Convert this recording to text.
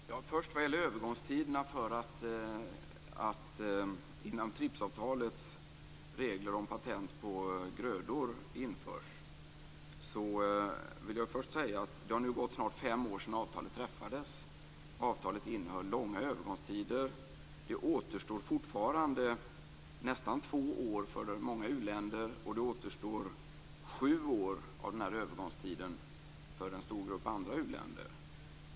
Fru talman! Först vill jag ta upp övergångstiderna för att det inom TRIPS-avtalets regler införs patent på grödor. Jag vill först säga att det nu har gått snart fem år sedan avtalet träffades. Det innehöll långa övergångstider. Det återstår fortfarande nästan två år för många u-länder, och det återstår sju år av övergångstiden för en stor grupp andra u-länder.